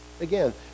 Again